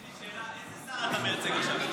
יש לי שאלה, איזה שר אתה מייצג עכשיו?